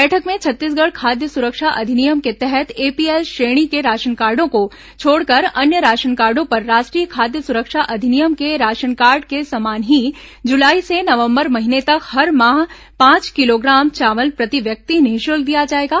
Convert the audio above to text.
बैठक में छत्तीसगढ़ खाद्य सुरक्षा अधिनियम के तहत एपीएल श्रेणी के राशनकार्डो को छोड़कर अन्य राशनकार्डो पर राष्ट्रीय खाद्य सुरक्षा अधिनियम के राशनकार्ड के समान ही जुलाई से नवंबर महीने तक हर माह पांच किलोग्राम चावल प्रति व्यक्ति निःशुल्क दिया जाएगा